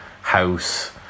house